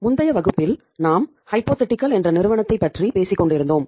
முந்தைய வகுப்பில் நாம் ஹைப்போதெட்டிகல் என்ற நிறுவனத்தைப் பற்றி பேசிக் கொண்டிருந்தோம்